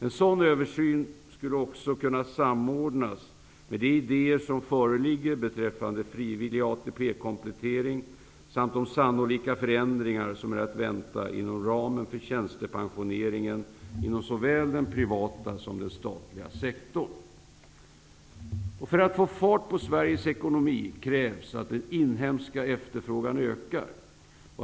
En sådan översyn skulle också kunna samordnas med de idéer som föreligger beträffande frivillig ATP-komplettering samt de sannolika förändringar som är att vänta inom ramen för tjänstepensioneringen inom såväl den privata som den statliga sektorn. För att få fart på Sveriges ekonomi krävs att den inhemska efterfrågan ökar.